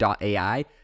.ai